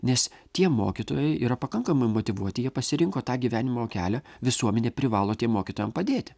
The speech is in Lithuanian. nes tie mokytojai yra pakankamai motyvuoti jie pasirinko tą gyvenimo kelią visuomenė privalo tiem mokytojam padėti